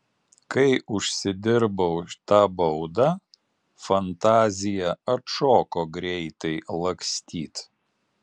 kai užsidirbau tą baudą fantazija atšoko greitai lakstyt